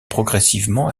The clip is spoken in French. progressivement